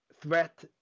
threat